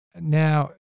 Now